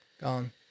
gone